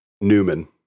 Newman